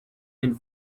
and